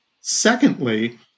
Secondly